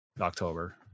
October